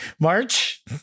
March